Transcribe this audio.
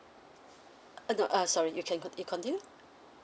uh no uh sorry you can cont~ you continue